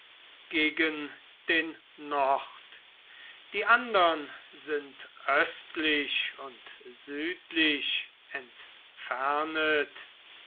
gegen den nord die andern sind östlich und südlich entfernet